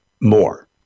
more